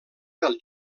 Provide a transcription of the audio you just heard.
del